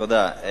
תודה.